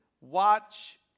watch